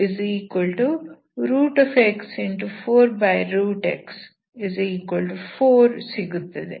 4x4 ಸಿಗುತ್ತದೆ